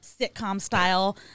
sitcom-style